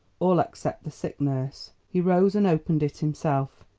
all except the sick nurse. he rose and opened it himself.